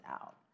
out